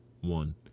one